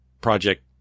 project